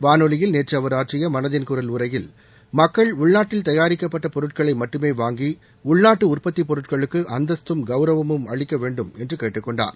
வானொலியில் நேற்று அவர் ஆற்றிய மனதின் குரல் உரையில் மக்கள் உள்நாட்டில் தயாரிக்கப்பட்ட பொருட்களை மட்டுமே வாங்கி உள்நாட்டு உற்பத்திப் பொருட்களுக்கு அந்தஸ்தும் கவுரவமும் அளிக்க வேண்டும் என்று கேட்டுக்கொண்டார்